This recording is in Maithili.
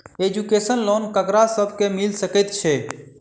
एजुकेशन लोन ककरा सब केँ मिल सकैत छै?